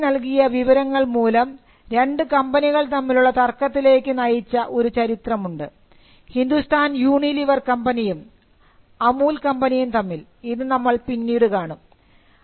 മാർക്കിൽലൂടെ നൽകിയ വിവരങ്ങൾ മൂലം രണ്ട് കമ്പനികൾ തമ്മിലുള്ള തർക്കത്തിലേക്ക് നയിച്ച ഒരു ചരിത്രമുണ്ട് ഹിന്ദുസ്ഥാൻ യൂണിലിവർ കമ്പനിയും അമുൽ കമ്പനിയും തമ്മിൽ ഇത് നമ്മൾ പിന്നീട് കാണും